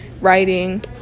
writing